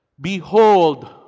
Behold